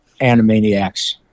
Animaniacs